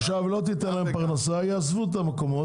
עכשיו, לא תיתן להם פרנסה הם יעזבו את המקומות.